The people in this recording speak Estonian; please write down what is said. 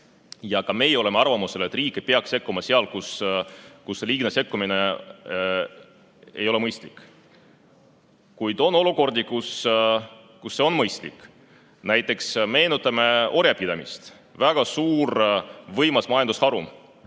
Ja ka meie oleme arvamusel, et riik ei peaks sekkuma seal, kus liigne sekkumine ei ole mõistlik. Kuid on olukordi, kus see on mõistlik. Meenutame näiteks orjapidamist: väga suur ja võimas majandusharu,